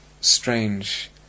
Strange